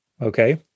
okay